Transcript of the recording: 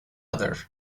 other